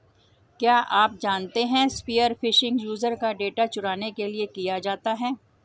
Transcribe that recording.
क्या आप जानते है स्पीयर फिशिंग यूजर का डेटा चुराने के लिए किया जाता है?